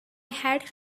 had